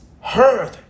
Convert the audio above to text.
heard